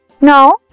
Now